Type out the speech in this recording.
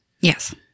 Yes